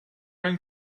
going